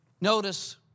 Notice